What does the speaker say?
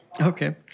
Okay